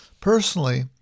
Personally